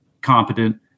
competent